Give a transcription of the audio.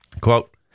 Quote